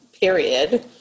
period